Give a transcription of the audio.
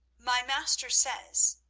my master says,